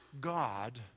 God